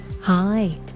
Hi